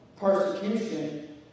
Persecution